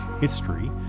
history